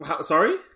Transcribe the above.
Sorry